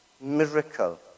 miracle